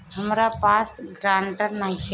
हमरा पास ग्रांटर नइखे?